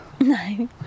No